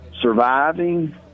surviving